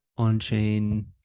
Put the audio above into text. on-chain